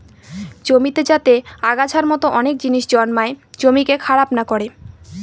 জমিতে যাতে আগাছার মতো অনেক জিনিস জন্মায় জমিকে খারাপ না করে